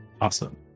Awesome